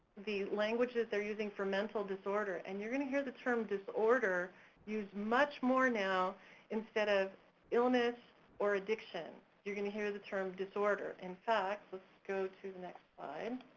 the languages they're using for mental disorder and you're gonna hear the term disorder used much more now instead of illness or addiction, you're gonna hear the term disorder, in fact, let's go to the next slide.